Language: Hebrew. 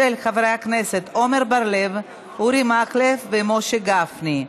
של חברי הכנסת עמר בר-לב, אורי מקלב ומשה גפני.